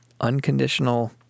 unconditional